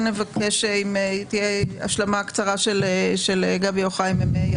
כן נבקש שתהיה השלמה קצרה של גבי או חיים.